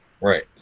Right